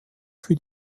für